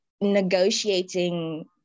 negotiating